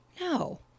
no